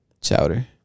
Chowder